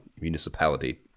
municipality